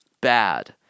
Bad